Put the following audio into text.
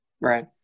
right